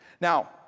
Now